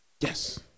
Yes